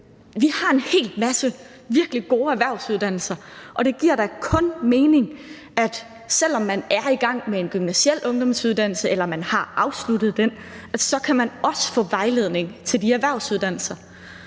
Vi har en hel masse virkelig gode erhvervsuddannelser, og det giver da kun mening, at selv om man er i gang med en gymnasial ungdomsuddannelse eller man har afsluttet den, så kan man også få vejledning til erhvervsuddannelser.